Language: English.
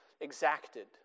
exacted